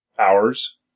hours